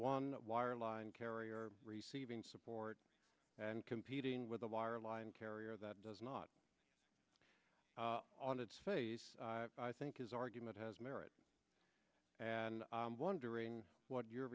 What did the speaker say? one wireline carrier receiving support and competing with a wireline carrier that does not on its face i think his argument has merit and wondering what your